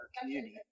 community